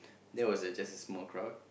that was a just a small crowd